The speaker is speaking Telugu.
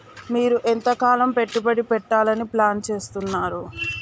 మీరు ఎంతకాలం పెట్టుబడి పెట్టాలని ప్లాన్ చేస్తున్నారు?